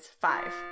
five